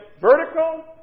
vertical